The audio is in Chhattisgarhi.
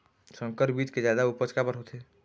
संकर बीज के जादा उपज काबर होथे?